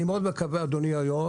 אני מאוד מקווה, אדוני היושב-ראש,